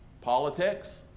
politics